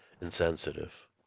Insensitive